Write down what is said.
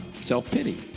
self-pity